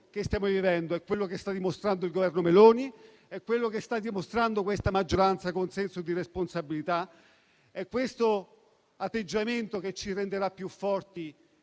che stiamo vivendo; è quello che sta dimostrando il Governo Meloni ed è quello che sta dimostrando questa maggioranza, con senso di responsabilità. È questo atteggiamento che ci renderà più forti